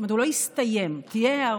זאת אומרת, הוא לא יסתיים, תהיה היערכות.